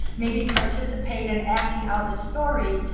maybe participate in acting out a story,